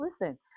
listen